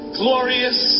glorious